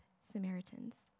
Samaritans